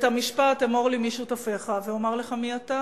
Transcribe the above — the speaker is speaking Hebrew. המשפט "אמור לי מי שותפיך ואומר לך מי אתה"